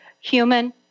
human